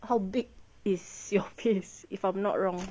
how big is your face if I'm not wrong